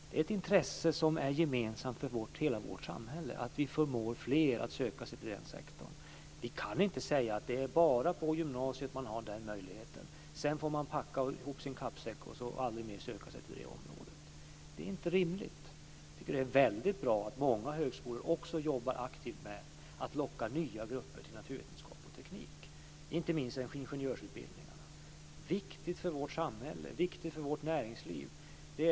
Det är av gemensamt intresse för hela vårt samhälle att vi förmår fler att söka sig till den sektorn. Vi kan inte säga att man bara ska ha den möjligheten på gymnasiet och att man därefter får packa sin kappsäck och aldrig mer söka sig till det området. Det är inte rimligt. Jag tycker att det är väldigt bra att många högskolor också jobbar aktivt med att locka nya grupper till naturvetenskap och teknik, inte minst till ingenjörsutbildningarna. Det är viktigt för vårt samhälle och för vårt näringsliv.